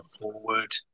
forward